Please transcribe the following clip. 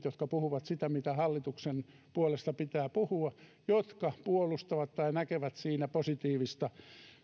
jotka puhuvat sitä mitä hallituksen puolesta pitää puhua ja jotka sitä puolustavat tai näkevät siinä positiivista